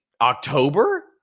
october